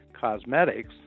cosmetics